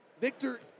Victor